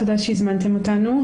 תודה שהזמנתם איתנו.